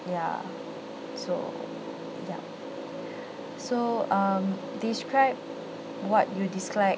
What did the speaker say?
ya so yup so um describe what you dislike